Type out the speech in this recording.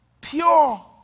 pure